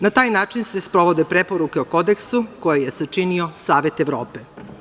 Na taj način se sprovode preporuke o Kodeksu koje je sačinio Savet Evrope.